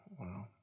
Wow